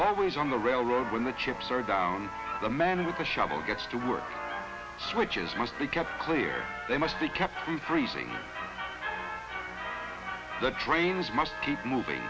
always on the railroad when the chips are down the man with the shovel gets to work switches must be kept clear they must be kept increasing the trains must keep moving